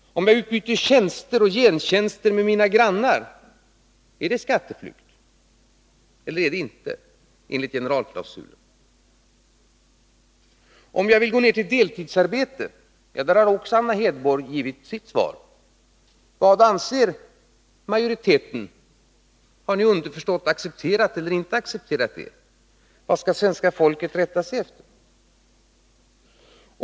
Om jag utbyter tjänster med mina grannar, är det skatteflykt eller inte enligt generalklausulen? Om jag vill gå ner till deltidsarbete — också i det avseendet har Anna Hedborg givit ett svar — vad anser då majoriteten? Har ni underförstått accepterat eller inte accepterat det? Vad skall svenska folket rätta sig efter?